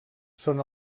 són